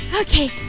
Okay